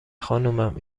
خانومم